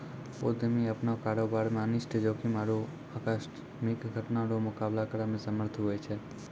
उद्यमी अपनो कारोबार मे अनिष्ट जोखिम आरु आकस्मिक घटना रो मुकाबला करै मे समर्थ हुवै छै